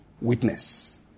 witness